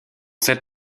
cette